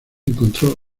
encontró